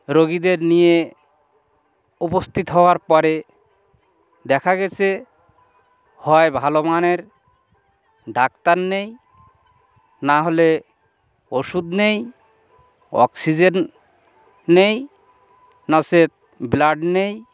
রোগীদের নিয়ে উপস্থিত হওয়ার পরে দেখা গিয়েছে হয় ভালো মানের ডাক্তার নেই না হলে ওষুধ নেই অক্সিজেন নেই নচেত ব্লাড নেই